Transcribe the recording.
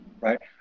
right